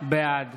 בעד